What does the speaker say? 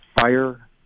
fire